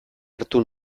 hartu